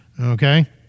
Okay